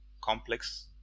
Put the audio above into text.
complex